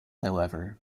however